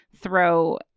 throw